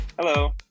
Hello